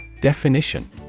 Definition